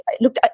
look